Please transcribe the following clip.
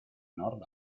nord